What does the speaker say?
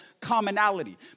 commonality